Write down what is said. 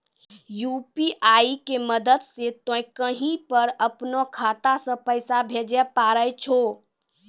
UPI के मदद से तोय कहीं पर अपनो खाता से पैसे भेजै पारै छौ